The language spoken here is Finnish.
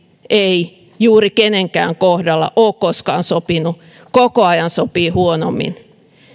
ei juuri kenenkään kohdalla ole koskaan sopinut ja koko ajan sopii huonommin niin